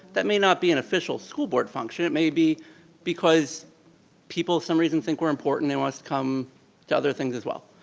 that may not be an official school board function, it may be because people for some reason think we're important, they want us to come to other things as well.